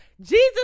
Jesus